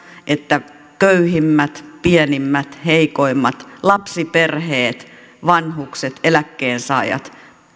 että köyhimmät pienimmät heikoimmat lapsiperheet vanhukset eläkkeensaajat